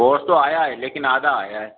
course تو آیا ہے لیکن آدھا آیا ہے